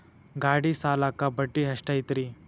ಗಾಡಿ ಸಾಲಕ್ಕ ಬಡ್ಡಿ ಎಷ್ಟೈತ್ರಿ?